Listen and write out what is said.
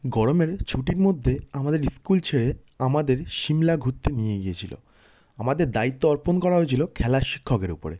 গরমের ছুটির মধ্যে আমাদের স্কুল ছেড়ে আমাদের সিমলা ঘুরতে নিয়ে গিয়েছিলো আমাদের দায়িত্ব অর্পণ করা হয়েছিলো খেলার শিক্ষকের উপরে